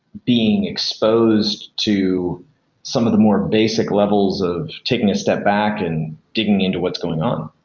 being exposed to some of the more basic levels of taking a step back and digging in to what's going on.